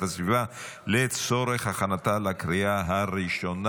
הסביבה לצורך הכנתה לקריאה הראשונה.